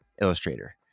illustrator